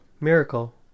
Miracle